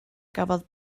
gafodd